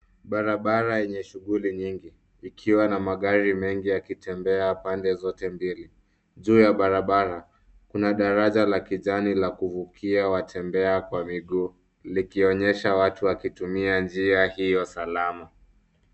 Barabara yenye shughuli nyingi, likiwa na magari mengi yakitembea pande zote mbili. Juu ya barabara, kuna daraja ya kijani la kuvukia watembea kwa miguu, likionyesha watu wakitumia njia hiyo salama.